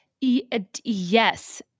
Yes